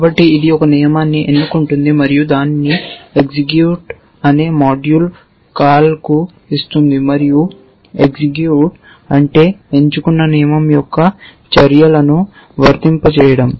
కాబట్టి ఇది ఒక నియమాన్ని ఎన్నుకుంటుంది మరియు దానిని ఎగ్జిక్యూట్ అనే మాడ్యూల్ కాల్కు ఇస్తుంది మరియు ఎగ్జిక్యూట్ అంటే ఎంచుకున్న నియమం యొక్క చర్యలను వర్తింపజేయడం